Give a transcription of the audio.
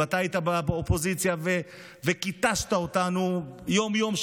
ואתה היית באופוזיציה וכתשת אותנו יום-יום,